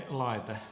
laite